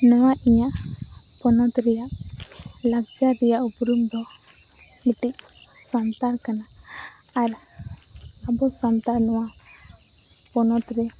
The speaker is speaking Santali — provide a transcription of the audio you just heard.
ᱱᱚᱣᱟ ᱤᱧᱟᱹᱜ ᱯᱚᱱᱚᱛ ᱨᱮᱭᱟᱜ ᱞᱟᱠᱪᱟᱨ ᱨᱮᱭᱟᱜ ᱩᱯᱨᱩᱢᱫᱚ ᱢᱤᱫᱴᱤᱡ ᱥᱟᱱᱛᱟᱲ ᱠᱟᱱᱟ ᱟᱨ ᱟᱵᱚ ᱥᱟᱱᱛᱟᱲ ᱱᱚᱣᱟ ᱯᱚᱱᱚᱛ ᱨᱮ